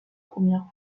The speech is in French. première